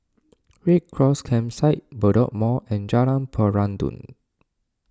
Red Cross Campsite Bedok Mall and Jalan Peradun